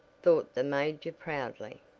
thought the major, proudly.